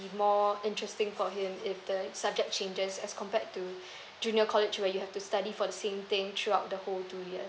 more interesting for him if the subject changes as compared to junior college where you have to study for the same thing throughout the whole two year